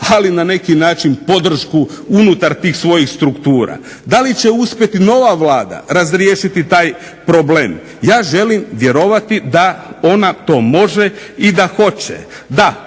ali na neki način podršku unutar tih svojih struktura. Da li će uspjeti nova Vlada razriješiti taj problem, ja želim vjerovati da ona to može i da hoće.